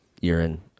urine